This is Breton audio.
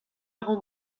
ran